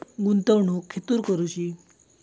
गुंतवणुक खेतुर करूची?